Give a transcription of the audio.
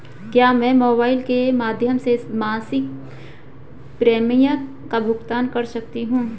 क्या मैं मोबाइल के माध्यम से मासिक प्रिमियम का भुगतान कर सकती हूँ?